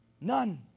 None